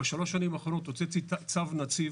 בשלוש השנים האחרונות הוצאתי צו נציב